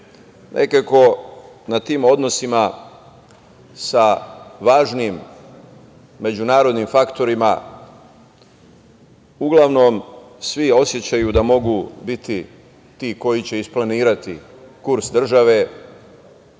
nekako na tim odnosima sa važnim međunarodnim faktorima, uglavnom svi osećaju da mogu biti ti koji će isplanirati kurs države